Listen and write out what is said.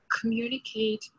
communicate